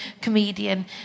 comedian